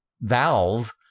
Valve